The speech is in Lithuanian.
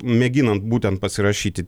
mėginant būtent pasirašyti